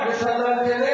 פרשת דן כנר.